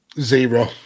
Zero